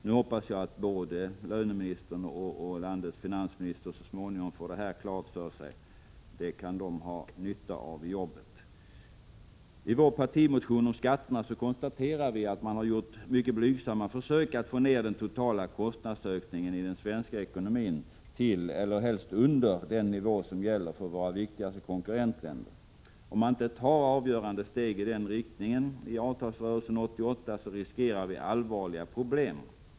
Förhoppningsvis får såväl löneministern som landets finansminister så småningom detta klart för sig — det kan de ha nytta av i arbetet. Prot. 1986/87:65 I vår partimotion om skatterna konstaterar vi att man har gjort mycket 5 februari 1987 blygsamma försök att få ned den totala kostnadsökningen i den svenska ekonomin till eller helst under den nivå som gäller för våra viktigaste konkurrentländer. Om man inte tar avgörande steg i den riktningen i avtalsrörelsen 1988, riskerar vi att allvarliga problem uppstår.